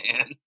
Man